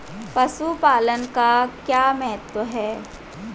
पशुपालन का क्या महत्व है?